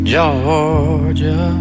Georgia